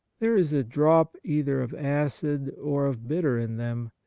there is a drop either of acid or of bitter in them,